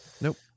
Nope